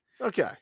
okay